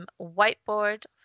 whiteboard